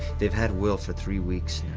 they've had will for three weeks,